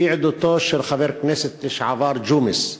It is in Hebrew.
לפי עדותו של חבר כנסת לשעבר ג'ומס,